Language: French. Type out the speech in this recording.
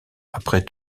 après